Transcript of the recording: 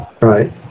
right